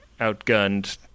outgunned